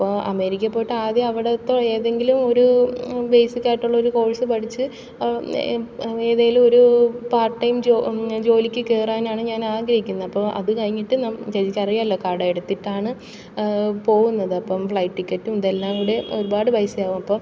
അപ്പോൾ അമേരിക്കയിൽ പോയിട്ട് ആദ്യം അവിടുത്തെ ഏതെങ്കിലുമൊരു ബേസിക്കായിട്ടുള്ള ഒരു കോഴ്സ് പഠിച്ച് എ ഏതേലും ഒരു പാർട്ട് ടൈം ജോ ജോലിക്ക് കയറാനാണ് ഞാനാഗ്രഹിക്കുന്നത് അപ്പോൾ അത് കഴിഞ്ഞിട്ട് നമ് ചേച്ചിക്ക് അറിയാമല്ലോ കടം എടുത്തിട്ടാണ് പോകുന്നത് അപ്പം ഫ്ലൈറ്റ് ടിക്കറ്റും ഇതെല്ലാംകൂടെ ഒരുപാട് പൈസയാകും അപ്പം